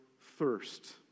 thirst